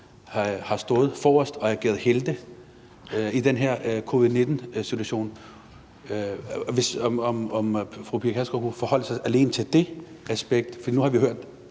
har stået forrest og ageret helte i den her covid-19-situation? Kan fru Pia Kjærsgaard forholde sig til alene det aspekt? Nu har vi hørt